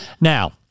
Now